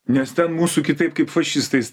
nes ten mūsų kitaip kaip fašistais